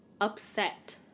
upset